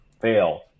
fail